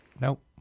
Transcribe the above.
nope